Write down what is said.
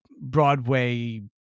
Broadway